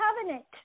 covenant